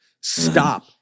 Stop